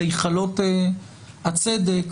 להיכלות הצדק,